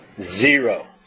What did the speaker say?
Zero